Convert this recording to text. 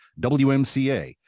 WMCA